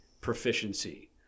proficiency